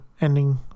ending